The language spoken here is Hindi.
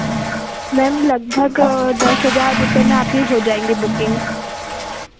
मैम लगभग दस हज़ार में आपकी हो जाएँगी बुकिंग